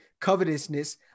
covetousness